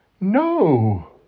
No